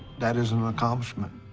that is an accomplishment,